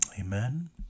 Amen